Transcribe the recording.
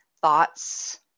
thoughts